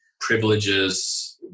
privileges